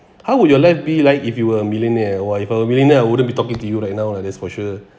how would your life be like if you were a millionaire !wah! if I'm a millionaire I wouldn't be talking to you right now lah that's for sure